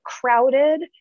crowded